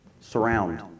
surround